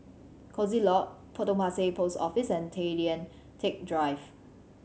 Coziee Lodge Potong Pasir Post Office and Tay Lian Teck Drive